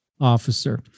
Officer